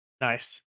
Nice